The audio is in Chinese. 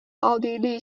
奥地利